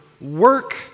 work